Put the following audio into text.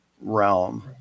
realm